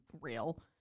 real